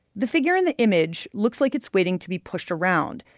the figure in the image looks like it's waiting to be pushed around.